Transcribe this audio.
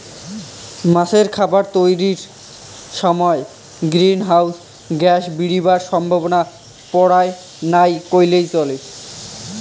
মাছের খাবার তৈয়ারের সমায় গ্রীন হাউস গ্যাস বিরার সম্ভাবনা পরায় নাই কইলেই চলে